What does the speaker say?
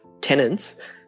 tenants